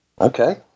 Okay